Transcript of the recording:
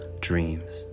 dreams